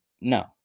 no